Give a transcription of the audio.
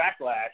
backlash